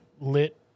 lit